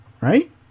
Right